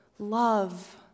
love